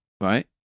Right